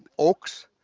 oaks,